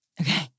okay